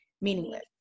meaningless